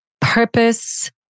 purpose